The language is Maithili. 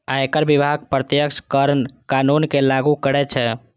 आयकर विभाग प्रत्यक्ष कर कानून कें लागू करै छै